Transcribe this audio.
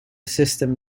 system